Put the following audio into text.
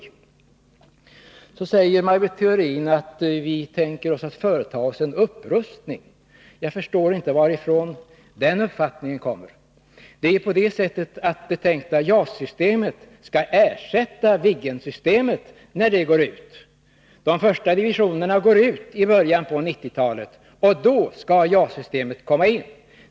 Maj Britt Theorin säger att vi tänker företa en upprustning. Jag förstår inte varifrån den uppfattningen kommer. Det tänkta JAS-systemet skall ju ersätta Viggensystemet när det går ut. De första divisionerna går ut i början av 1990-talet, och då skall JAS-systemet komma in.